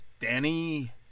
Danny